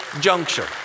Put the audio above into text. juncture